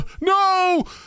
No